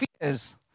fears